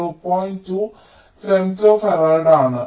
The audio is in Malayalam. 2 ഫെംറ്റോ ഫറാഡ് ആണ്